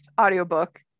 audiobook